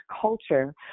culture